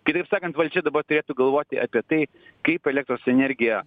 kitaip sakant valdžia dabar turėtų galvoti apie tai kaip elektros energiją